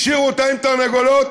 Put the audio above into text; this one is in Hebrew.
השאירו אותם עם תרנגולות,